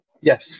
Yes